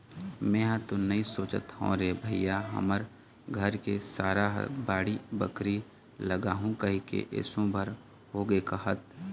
मेंहा तो नइ सोचत हव रे भइया हमर घर के सारा ह बाड़ी बखरी लगाहूँ कहिके एसो भर होगे कहत